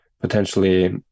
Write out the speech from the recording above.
potentially